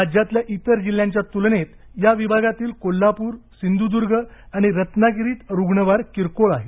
राज्यातल्या इतर जिल्ह्यांच्या तुलनेत या विभागातील कोल्हापूर सिंधुर्दुर्ग आणि रत्नागिरीत रुग्णवाढ किरकोळ आहे